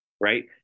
Right